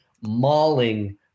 mauling